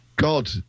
God